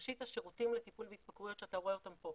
ראשית השירותים לטיפול בהתמכרויות שאתה רואה אותם פה,